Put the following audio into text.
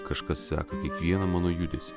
kažkas seka kiekvieną mano judesį